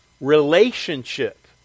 relationship